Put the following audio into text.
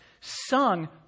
sung